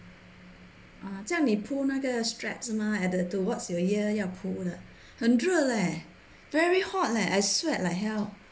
啊这样你 pull 那个 strap 是吗 the towards your ear 要 pull 的很热 leh very hot leh I sweat like hell